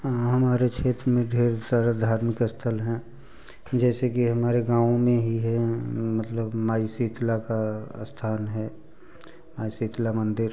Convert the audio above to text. हाँ हमारे क्षेत्र में ढेर सारे धार्मिक स्थल हैं जैसे कि हमारे गाँव में ही है मतलब माई शीतला का स्थान है माई शीतला मंदिर